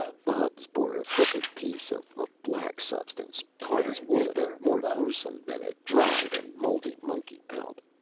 bubs bore a crooked piece of a black substance, hard as wood and more gruesome than a dried and moldy monkey-pelt.